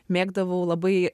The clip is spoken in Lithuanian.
mėgdavau labai